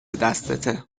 دستته